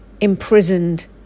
imprisoned